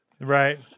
Right